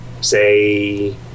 say